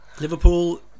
Liverpool